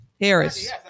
Harris